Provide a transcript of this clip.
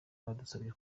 badusabye